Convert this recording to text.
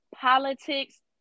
politics